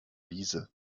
wiese